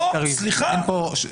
לא, לא, סליחה.